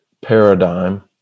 paradigm